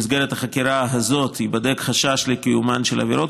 במסגרת החקירה הזאת ייבדק חשש לקיומן של עבירות